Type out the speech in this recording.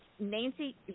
Nancy